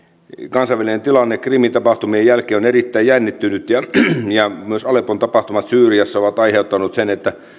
kansainvälinen tilanne krimin tapahtumien jälkeen on erittäin jännittynyt ja myös aleppon tapahtumat syyriassa ovat aiheuttaneet sen että